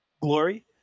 glory